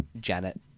Janet